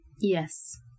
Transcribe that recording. Yes